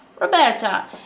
Roberta